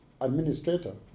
administrator